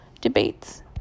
debates